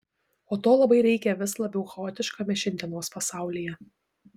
o to labai reikia vis labiau chaotiškame šiandienos pasaulyje